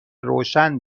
روشن